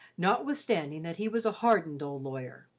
notwithstanding that he was a hardened old lawyer.